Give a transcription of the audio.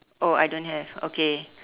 oh I don't have okay